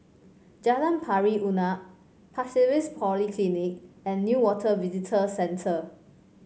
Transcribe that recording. Jalan Pari Unak Pasir Ris Polyclinic and Newater Visitor Centre